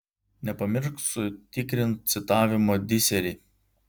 nepamiršk sutikrint citavimo disery